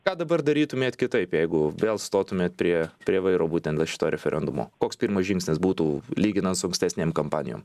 ką dabar darytumėt kitaip jeigu vėl stotumėt prie prie vairo būtent šito referendumo koks pirmas žingsnis būtų lyginant su ankstesnėm kampanijom